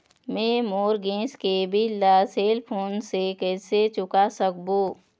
मैं मोर गैस के बिल ला सेल फोन से कइसे चुका सकबो?